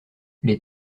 les